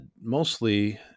mostly